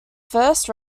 first